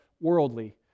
worldly